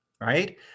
right